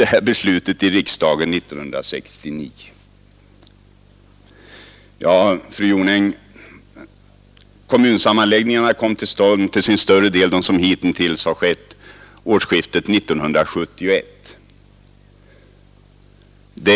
Jag vill då erinra fru Jonäng om att större delen av de kommunsammanläggningar som hittills skett kom till stånd vid årsskiftet 1970-1971.